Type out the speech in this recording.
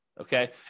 okay